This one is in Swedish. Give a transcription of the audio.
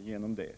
el.